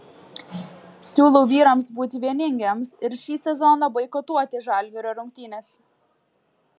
siūlau vyrams būti vieningiems ir šį sezoną boikotuoti žalgirio rungtynes